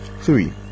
Three